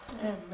Amen